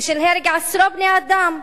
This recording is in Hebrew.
ושל הרג עשרות בני-אדם.